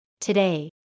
Today